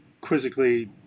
quizzically